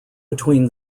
between